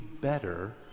better